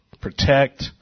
protect